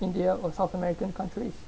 india or south american countries